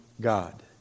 God